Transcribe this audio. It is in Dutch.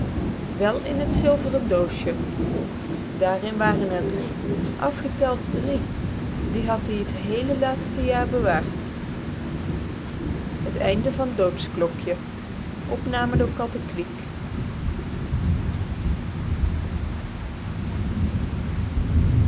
in het zilveren doosje daarin waren er drie afgeteld dré die had-ie het hééle laatste jaar bewaard